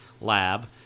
Lab